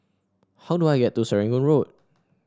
how do I get to Serangoon Road